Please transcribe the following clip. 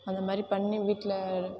அந்தமாதிரி பண்ணி வீட்டில்